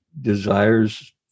desires